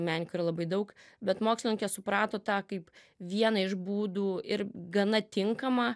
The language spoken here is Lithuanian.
menininkų yra labai daug bet mokslininkė suprato tą kaip vieną iš būdų ir gana tinkamą